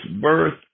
birth